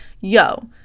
yo